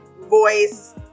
voice